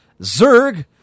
Zerg